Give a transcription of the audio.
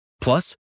Plus